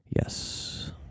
Yes